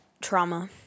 trauma